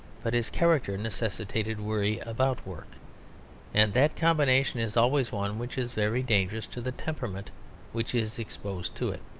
but his character necessitated worry about work and that combination is always one which is very dangerous to the temperament which is exposed to it.